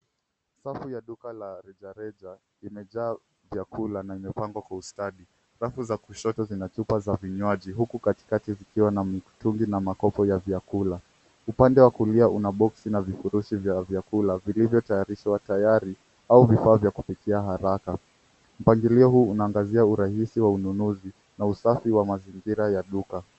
Safu ya duka la rejareja imejaa vyakula na imepangwa kwa ustadi. Rafu za kushoto zina chupa za vinywaji huku katikati zikiwa na mitungi na makopo ya vyakula. Upande wa kulia una boksi na vifurushi vya vyakula vilivyotayarishwa tayari au vifaa vya kupikia haraka. Mpangilio huu unaangazia urahisi wa ununuzi na usafiri wa mazingira ya duka.